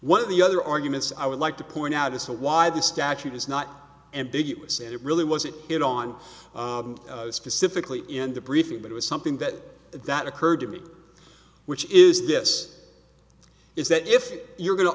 one of the other arguments i would like to point out as to why the statute is not ambiguous and it really wasn't it on specifically in the briefing but it was something that that occurred to me which is this is that if you're going to